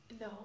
No